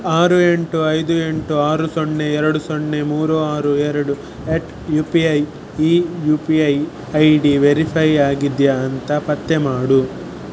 ಆರು ಎಂಟು ಐದು ಎಂಟು ಆರು ಸೊನ್ನೆ ಎರಡು ಸೊನ್ನೆ ಮೂರು ಆರು ಎರಡು ಎಟ್ ಯು ಪಿ ಐ ಈ U P I I D verify ಆಗಿದೆಯಾ ಅಂತ ಪತ್ತೆ ಮಾಡು